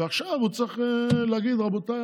ועכשיו הוא צריך להגיד: רבותיי,